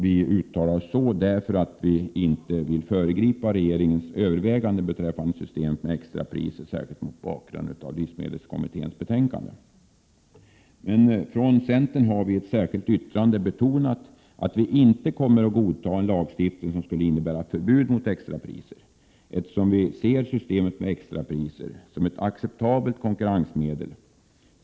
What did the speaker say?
Vi vill nämligen inte föregripa regeringens överväganden beträffande systemet med extrapriser, särskilt mot bakgrund av livsmedelskommitténs betänkande. Centern har dock i ett särskilt yttrande betonat att vi inte kommer att godta en lagstiftning som skulle innebära förbud mot extrapriser, eftersom vi anser systemet med extrapriser vara ett acceptabelt konkurrensmedel.